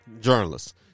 Journalists